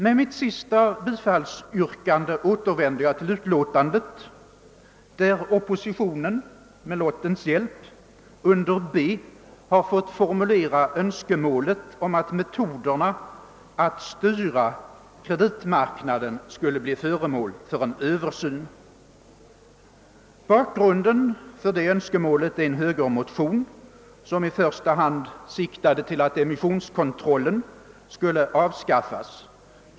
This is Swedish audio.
Med mitt sista yrkande återvänder jag till utlåtandet där oppositionen med lottens hjälp under mom. B i utskottets hemställan har fått formulera önskemålet att metoderna att styra kreditmarknaden skall bli föremål för Översyn. Bakgrunden till det önskemålet är en högermotion som i första hand siktar på att emissionskontrollen skall avskaffas.